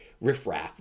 riffraff